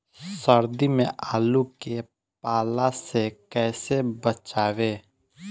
सर्दी में आलू के पाला से कैसे बचावें?